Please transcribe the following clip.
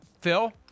phil